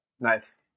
nice